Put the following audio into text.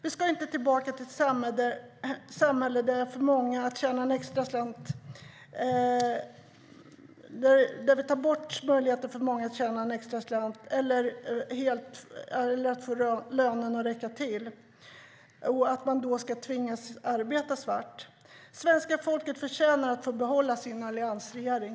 Vi ska inte tillbaka till ett samhälle där vi tar bort möjligheten för många att tjäna en extra slant eller att få lönen att räcka till, så att man ska tvingas arbeta svart. Svenska folket förtjänar att få behålla sin alliansregering.